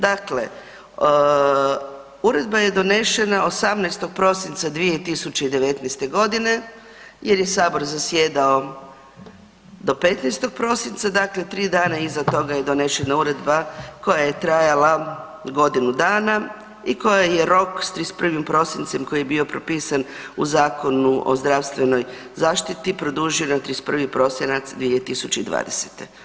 Dakle, uredba je donesena 18. prosinca 2019. g. jer se Sabor zasjedao do 15. prosinca, dakle 3 dana iza toga je donesena uredba koja je trajala godinu dana i kojoj je rok s 31. prosincem koji je bio propisan u Zakonu o zdravstvenoj zaštiti, produžio na 31. prosinac 2020.